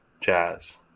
jazz